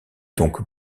donc